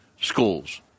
schools